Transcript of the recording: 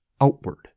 outward